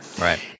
Right